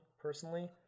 personally